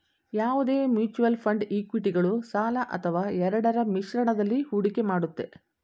ಯಾವುದೇ mutual fund ಇಕ್ವಿಟಿಗಳು ಸಾಲ ಅಥವಾ ಎರಡರ ಮಿಶ್ರಣದಲ್ಲಿ ಹೂಡಿಕೆ ಮಾಡುತ್ತೆ